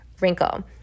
wrinkle